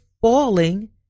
falling